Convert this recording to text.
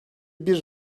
bir